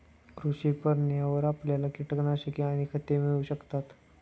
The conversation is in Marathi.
कृषी परवान्यावर आपल्याला कीटकनाशके आणि खते मिळू शकतात